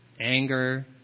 anger